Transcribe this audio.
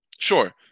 Sure